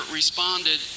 responded